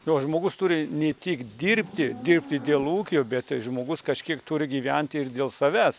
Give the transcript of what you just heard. jo žmogus turi ne tik dirbti dirbti dėl ūkio bet tai žmogus kažkiek turi gyventi ir dėl savęs